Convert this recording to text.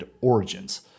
Origins